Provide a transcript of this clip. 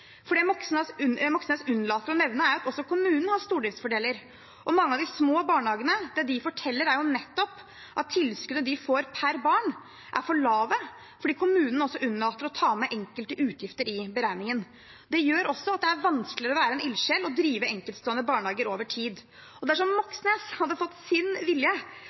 har stordriftsfordeler, og det mange av de små barnehagene forteller, er nettopp at tilskuddet de får per barn, er for lavt fordi kommunen også unnlater å ta med enkelte utgifter i beregningen. Det gjør det også vanskeligere å være en ildsjel og drive enkeltstående barnehager over tid. Dersom Moxnes hadde fått sin vilje